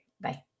bye